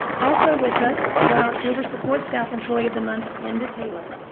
also with us is our october support staff employee of the month linda taylor